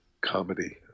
comedy